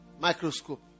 Microscope